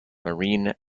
marine